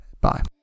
Bye